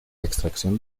extracción